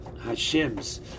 Hashem's